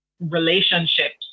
relationships